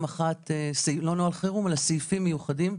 לא נוהל חירום, אבל סעיפים מיוחדים.